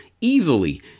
easily